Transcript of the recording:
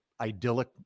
idyllic